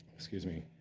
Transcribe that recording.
excuse me.